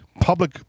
public